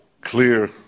clear